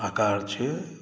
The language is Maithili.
आकार छै